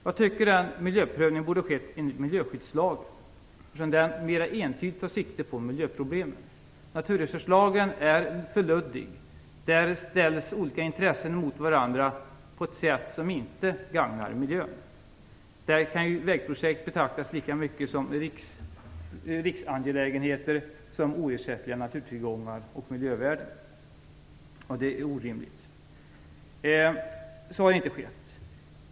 Jag tycker att miljöprövningen borde ha skett enligt miljöskyddslagen, eftersom den mer entydigt tar sikte på miljöproblemen. Naturresurslagen är för luddig. Olika intressen ställs mot varandra på ett sätt som inte gagnar miljön. Vägprojekt kan betraktas lika mycket som riksangelägenhet som oersättliga naturtillgångar och miljövärden gör. Det är orimligt. Miljöprövningen har inte skett på det sättet.